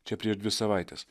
čia prieš dvi savaites